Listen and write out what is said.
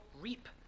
reap